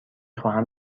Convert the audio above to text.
خواهم